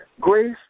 Grace